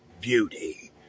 beauty